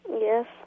Yes